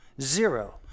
Zero